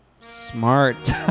Smart